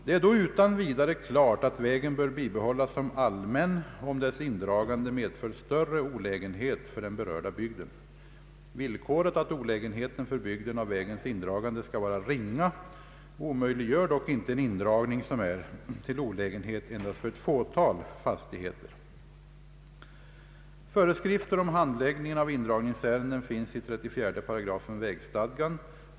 Det är då utan vidare klart att vägen bör bibehållas som allmän, om dess indragande medför större olägenhet för den berörda bygden. Villkoret att olägenheten för bygden av vägens indragande skall vara ringa omöjliggör dock inte en indragning som är till olägenhet endast för ett fåtal fastigheter. Föreskrifter om handläggningen av indragningsärenden finns i 34 8 vägstadgan.